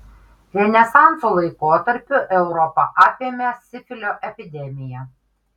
renesanso laikotarpiu europą apėmė sifilio epidemija